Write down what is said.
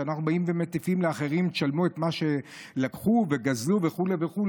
כשאנחנו באים ומטיפים לאחרים: תשלמו את מה שלקחו וגזלו וכו' וכו',